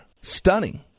Stunning